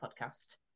podcast